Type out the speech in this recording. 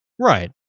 Right